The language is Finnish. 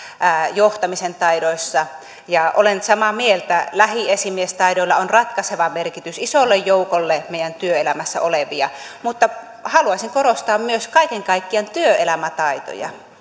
johtamisen taidoista ja olen samaa mieltä lähiesimiestaidoilla on ratkaiseva merkitys isolle joukolle meidän työelämässä olevia mutta haluaisin korostaa myös kaiken kaikkiaan työelämätaitoja